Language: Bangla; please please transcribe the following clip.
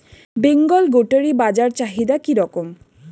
বেঙ্গল গোটারি বাজার চাহিদা কি রকম?